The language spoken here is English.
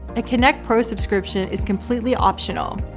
a kynect pro subscription is completely optional,